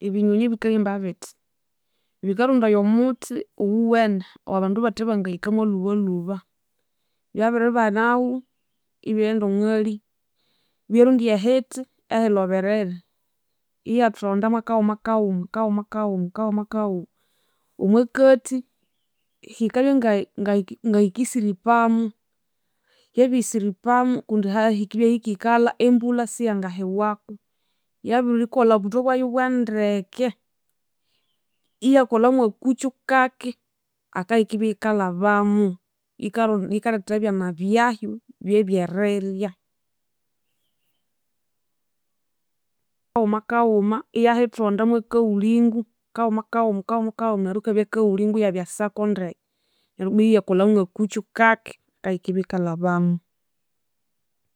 Ebinyonyi bikahimba bitya, bikarondaya omuthi owiwene owabandu bathe bangahikamu lhubalhuba, byabiribanawu, ibyaghenda omwali ibyarondya ehithi ehilhoberere ihyathonda mwakawuma kawuma kawuma kawuma kawuma kawuma omwakathi hikabya nga- ngahikisiripamu. Hyabisiripamu kundi hahikibya hikikalha embulha siyangahiwaku hyabirikolha obuthwe bwayu bwandeke iyakolha mwakukyo kaki akayikibya yikalhabamu yikaro yikalethera ebyana byahyu byebyerirya. Kawuma kawuma iyahithonda mwakawulingo kawuma kawuma kawuma kawuma neryu ikabya kawulingo iyabya circle ndeke neryu ibwa iyakolha mwakukyu kaki akayikibya yikalhabamu